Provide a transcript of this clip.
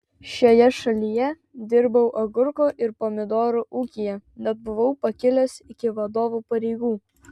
šioje šalyje dirbau agurkų ir pomidorų ūkyje net buvau pakilęs iki vadovo pareigų